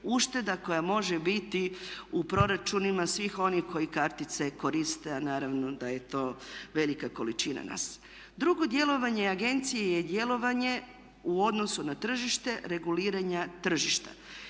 koja može biti u proračunima svih onih koji kartice koriste, a naravno da je to velika količina nas. Drugo, djelovanje agencije je djelovanje u odnosu na tržište reguliranja tržišta.